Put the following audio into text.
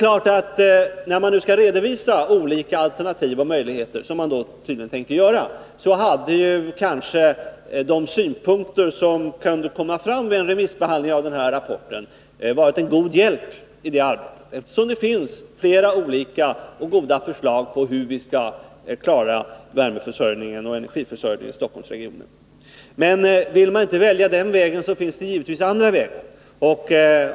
När man nu skall redovisa olika alternativ och möjligheter — som man tydligen tänker göra — hade kanske de synpunkter som kunde komma fram vid en remissbehandling av rapporten varit en god hjälp i arbetet, eftersom det finns flera bra förslag på hur vi skall klara värmeförsörjningen och energiförsörjningen i Stockholmsregionen. Men vill man inte välja den vägen, så finns det givetvis andra vägar.